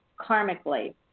karmically